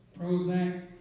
Prozac